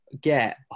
get